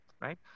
right